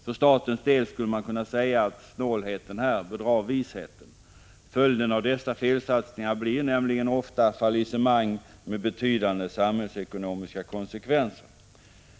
För statens del skulle man kunna säga att snålheten här bedrar visheten. Följden av dessa felsatsningar blir nämligen ofta fallissemang, med betydande samhällsekonomiska konsekvenser.